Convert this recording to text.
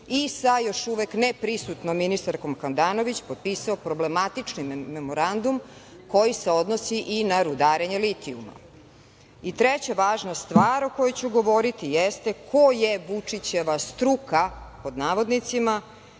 i sa još uvek neprisutnom ministarkom Handanović potpisao problematični memorandum koji se odnosi i na rudarenje litijumom.I treća važna stvar o kojoj ću govoriti jeste ko je Vučićeva struka, pod navodnicima,